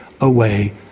away